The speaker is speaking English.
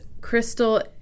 crystal